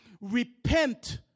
Repent